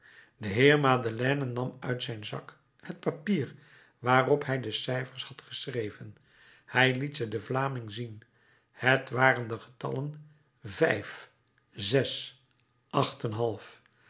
de heer madeleine nam uit zijn zak het papier waarop hij cijfers had geschreven hij liet ze den vlaming zien het waren de getallen